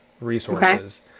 resources